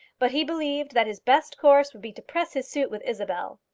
but he believed that his best course would be to press his suit with isabel.